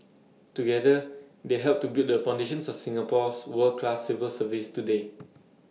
together they helped to build the foundations of Singapore's world class civil service today